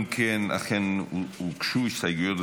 אכן הוגשו הסתייגויות,